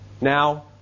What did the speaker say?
now